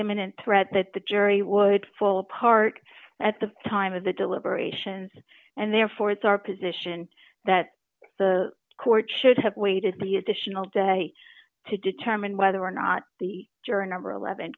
imminent threat that the jury would fall apart at the time of the deliberations and therefore it's our position that the court should have waited the additional day to determine whether or not the juror number eleven